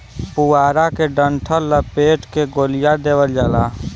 पुआरा के डंठल लपेट के गोलिया देवला